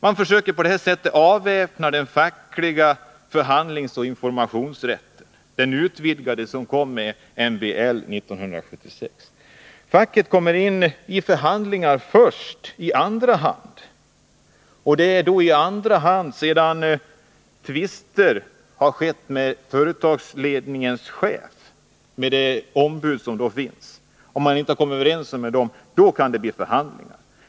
Man försöker på detta sätt avväpna facket när det gäller den utvidgade förhandlingsoch informationsrätt som kom med MBL 1976. Facket kommer in i förhandlingar först i andra hand — om det förekommit tvister eller om företagsledningens chef inte lyckats komma överens med de fackliga ombuden.